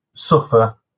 suffer